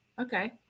Okay